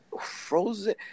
Frozen